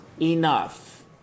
enough